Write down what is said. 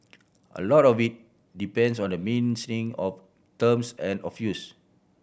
a lot of it depends on the mean thing of terms and of use